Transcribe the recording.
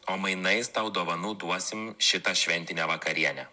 o mainais tau dovanų duosim šitą šventinę vakarienę